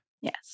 Yes